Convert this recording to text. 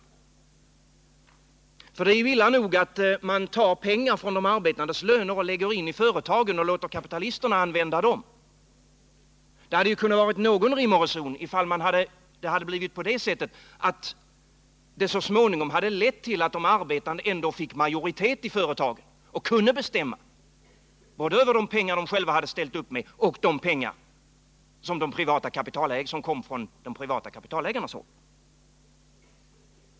Det hade kunnat vara någon rim och reson i att man från de arbetandes löner tar pengar som man lägger in i företagen och låter kapitalisterna använda, om det så småningom skulle leda till att de arbetande fick majoritet i företagen och kunde bestämma, både över de pengar som de själva har ställt upp med och över de pengar som kommer från de privata kapitalägarnas håll.